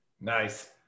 nice